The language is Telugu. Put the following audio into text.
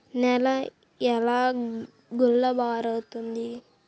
నేల ఎలా గుల్లబారుతుంది?